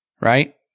right